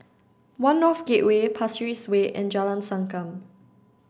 one North Gateway Pasir Ris Way and Jalan Sankam